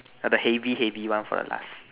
ah the heavy heavy one for the last